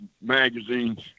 magazines